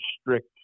strict